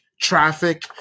traffic